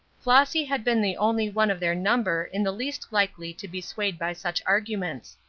flossy had been the only one of their number in the least likely to be swayed by such arguments.